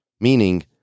Meaning